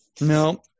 no